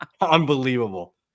Unbelievable